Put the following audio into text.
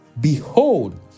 Behold